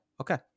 okay